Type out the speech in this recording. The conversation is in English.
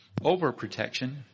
Overprotection